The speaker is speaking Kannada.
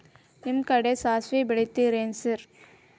ನಿಮ್ಮ ಕಡೆ ಸಾಸ್ವಿ ಬೆಳಿತಿರೆನ್ರಿ?